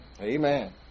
Amen